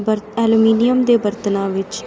ਬਰ ਐਲਮੀਨੀਅਮ ਦੇ ਬਰਤਨਾਂ ਵਿੱਚ